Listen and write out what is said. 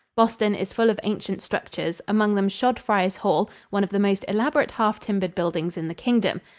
boston is full of ancient structures, among them shodfriars hall, one of the most elaborate half-timbered buildings in the kingdom.